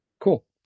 Cool